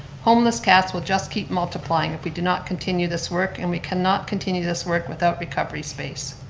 homeless cats will just keep multiplying if we do not continue this work and we cannot continue this work without recovery space.